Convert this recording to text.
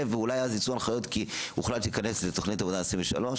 ואולי אז יצאו הנחיות כי הוחלט שזה יכנס לתוכנית עבודה 2023?